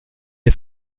est